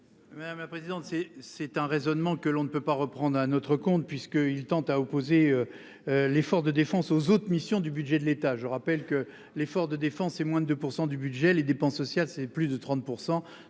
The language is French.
Madame la présidente. C'est c'est un raisonnement que l'on ne peut pas reprendre à notre compte puisqu'il tend à opposer. Les forces de défense aux autres missions du budget de l'État. Je rappelle que l'effort de défense et moins de 2% du budget, les dépenses sociales, c'est plus de 30%,